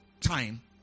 time